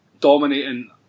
dominating